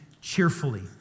cheerfully